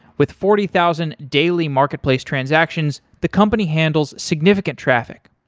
with forty thousand daily marketplace transactions, the company handles significant traffic.